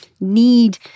need